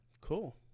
Cool